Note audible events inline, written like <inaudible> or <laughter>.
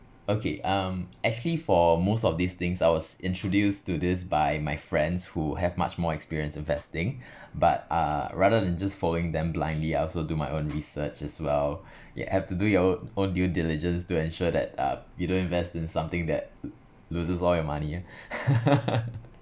okay um actually for most of these things I was <noise> introduced to this by my friends who have much more experience <noise> investing but uh rather than <noise> just following them blindly I also do my own <noise> research as well <breath> you have to do your o~ own due diligence to ensure that uh you don't invest in something that lo~ loses all your money ah <laughs>